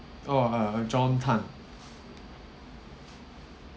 oh uh john tan